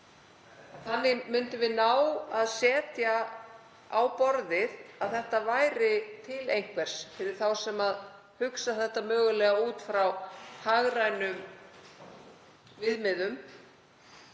þannig næðum við að setja á borðið að þetta væri til einhvers fyrir þá sem hugsa þetta mögulega út frá hagrænum viðmiðum